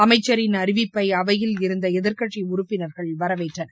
அமைச்சின் அறிவிப்பை அவையில் இருந்த எதிர்க்கட்சி உறப்பினர்கள் வரவேற்றனர்